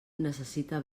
necessita